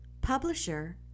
publisher